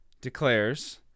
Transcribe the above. declares